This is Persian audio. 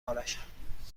ارشم